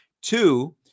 Two